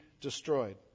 destroyed